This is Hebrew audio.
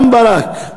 גם ברק,